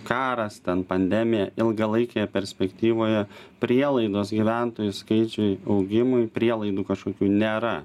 karas ten pandemija ilgalaikėje perspektyvoje prielaidos gyventojų skaičiui augimui prielaidų kažkokių nėra